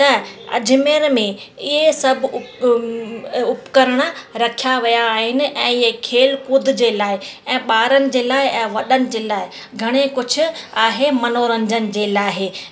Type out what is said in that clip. त अजमेर में इहे सभु उ उपकरण रखिया विया आहिनि ऐं इहे खेल कूद जे लाइ ऐं ॿारनि जे लाइ ऐं वॾनि जे लाइ घणे कुझु आहे मनोरंजन जे लाइ